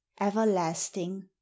everlasting